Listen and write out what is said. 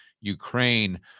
Ukraine